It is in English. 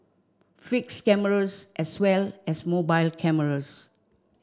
fixed cameras as well as mobile cameras